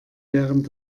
während